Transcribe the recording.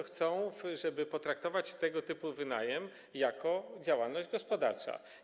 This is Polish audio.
Chce, żeby potraktować tego typu wynajem jako działalność gospodarczą.